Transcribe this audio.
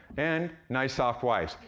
and nice soft wife.